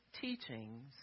teachings